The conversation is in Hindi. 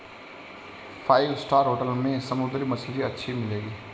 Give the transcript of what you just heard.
फाइव स्टार होटल में समुद्री मछली अच्छी मिलेंगी